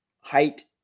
height